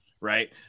right